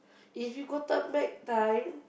if you could turn back time